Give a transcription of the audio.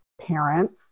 parents